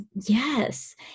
Yes